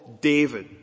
david